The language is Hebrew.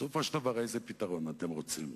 בסופו של דבר, איזה פתרון אתם רוצים?